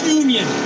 union